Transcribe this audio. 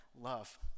love